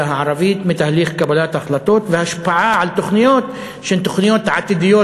הערבית מתהליך קבלת ההחלטות והשפעה על תוכניות שהן תוכניות עתידיות,